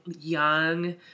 young